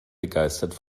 begeistert